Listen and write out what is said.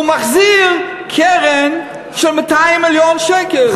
הוא מחזיר קרן של 200 מיליון שקל,